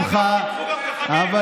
ולצאת למלחמת ג'יהאד היא בלתי אפשרית,